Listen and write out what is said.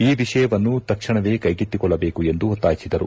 ಈ ವಿಷಯವನ್ನು ತಕ್ಷಣವೇ ಕೈಗೆತ್ತಿಕೊಳ್ಳಬೇಕು ಎಂದು ಒತ್ತಾಯಿಸಿದರು